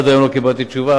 עד היום לא קיבלתי תשובה,